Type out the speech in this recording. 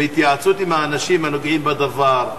בהתייעצות עם האנשים הנוגעים בדבר,